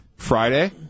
Friday